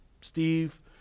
Steve